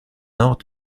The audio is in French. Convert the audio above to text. nord